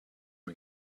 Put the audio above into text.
him